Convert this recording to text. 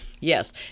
Yes